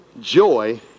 Joy